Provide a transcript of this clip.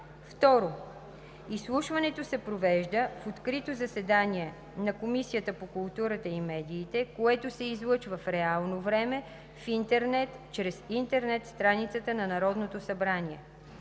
2. Изслушването се провежда в открито заседание на Комисията по културата и медиите, което се излъчва в реално време в интернет чрез интернет страницата на Народното събрание.